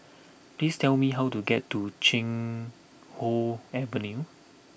please tell me how to get to Chuan Hoe Avenue